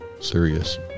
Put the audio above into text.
Serious